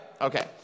Okay